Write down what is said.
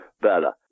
better